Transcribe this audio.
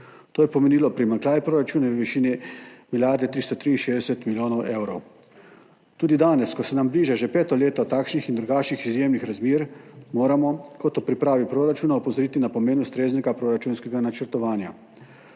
To je pomenilo primanjkljaj proračuna v višini milijarde 363 milijonov evrov. Tudi danes, ko se nam bliža že peto leto takšnih in drugačnih izjemnih razmer, moramo kot ob pripravi proračuna opozoriti na pomen ustreznega proračunskega načrtovanja. Odstopanja